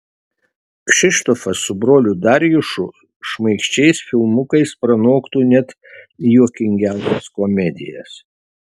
kšištofas su broliu darjušu šmaikščiais filmukais pranoktų net juokingiausias komedijas